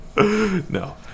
No